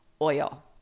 oil